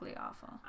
awful